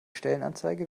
stellenanzeige